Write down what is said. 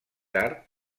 tard